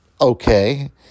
okay